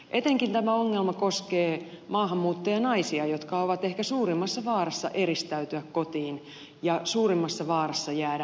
etenkin tämä ongelma koskee maahanmuuttajanaisia jotka ovat ehkä suurimmassa vaarassa eristäytyä kotiin ja suurimmassa vaarassa jäädä kieliopetuksen ulkopuolelle